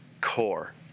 core